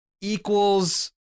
equals